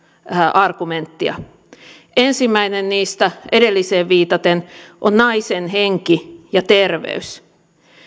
argumenttia ensimmäinen niistä edelliseen viitaten on naisen henki ja terveys